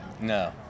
no